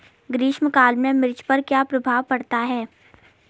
ग्रीष्म काल में मिर्च पर क्या प्रभाव पड़ता है?